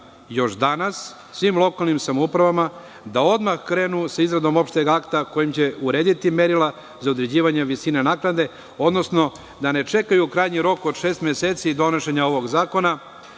još danas svim lokalnim samoupravama da odmah krenu sa izradom opšteg akta kojim će urediti merila za određivanje visine naknade, odnosno da ne čekaju krajnji rok od šest meseci i donošenje ovog zakona